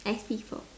S_P four